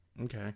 okay